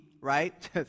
right